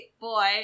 boy